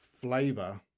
flavor